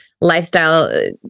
lifestyle